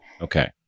Okay